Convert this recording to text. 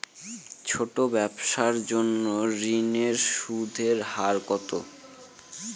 ছোট ব্যবসার জন্য ঋণের সুদের হার কত?